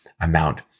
amount